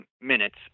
minutes